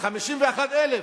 51,000,